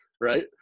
right